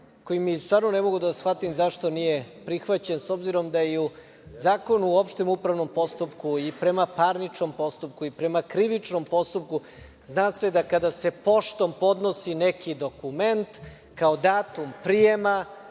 koji stvarno ne mogu da shvatim zašto nije prihvaćen obzirom da i u Zakonu o opštem upravnom postupku, i prema parničkom postupku, i prema krivičnom postupku zna se da kada se poštom podnosi neki dokument, kao datum prijema